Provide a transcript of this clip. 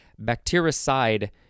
Bactericide